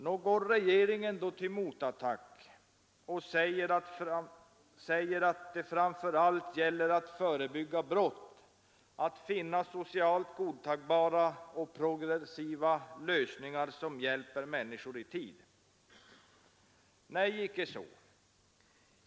Går då regeringen till motattack och säger att det framför allt gäller att förebygga brott, att finna socialt godtagbara och progressiva lösningar som hjälper människor i tid? Nej, icke så!